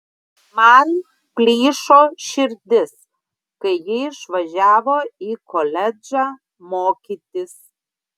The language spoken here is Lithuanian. man plyšo širdis kai ji išvažiavo į koledžą mokytis